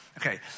okay